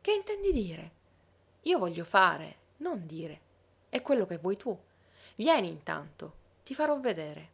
che intendi dire io voglio fare non dire e quello che vuoi tu vieni intanto ti farò vedere